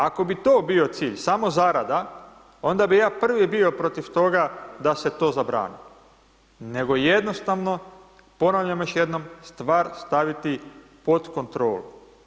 Ako bi to bio cilj, samo zarada, onda bi ja prvi bio protiv toga da se to zabrani nego jednostavno ponavljam još jednom, stvar staviti pod kontrolu.